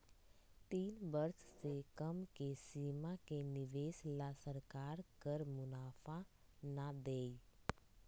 तीन वर्ष से कम के सीमा के निवेश ला सरकार कर मुनाफा ना देई